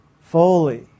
fully